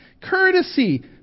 courtesy